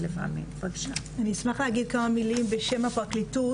אני אשמח להגיד כמה מילים בשם הפרקליטות,